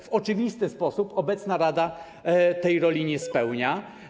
W oczywisty sposób obecna rada tej roli nie spełnia.